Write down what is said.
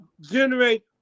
generate